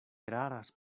eraras